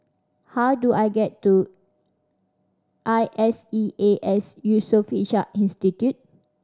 how do I get to I S E A S Yusof Ishak Institute